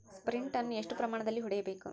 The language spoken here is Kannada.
ಸ್ಪ್ರಿಂಟ್ ಅನ್ನು ಎಷ್ಟು ಪ್ರಮಾಣದಲ್ಲಿ ಹೊಡೆಯಬೇಕು?